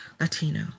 Latino